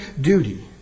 duty